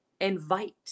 invite